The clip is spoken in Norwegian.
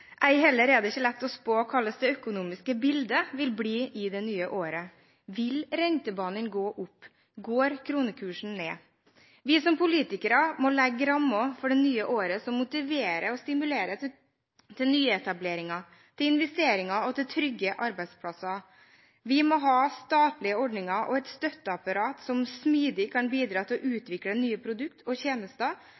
Ei heller er det lett å spå hvordan det økonomiske bildet vil bli i det nye året. Vil rentebanen gå opp? Går kronekursen ned? Vi som politikere må legge rammer for det nye året som motiverer og stimulerer til nyetableringer, til investeringer og til trygge arbeidsplasser. Vi må ha statlige ordninger og et støtteapparat som smidig kan bidra til å